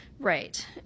Right